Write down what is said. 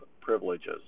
privileges